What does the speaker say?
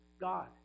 God